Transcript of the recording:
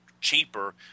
cheaper